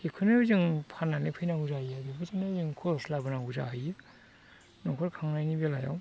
बेखौनो जों फाननानै फैनांगौ जायो आरो बेफोरजोंनो जों खरस लाबोनांगौ जाहैयो न'खर खांनायनि बेलायाव